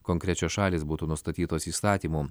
konkrečios šalys būtų nustatytos įstatymu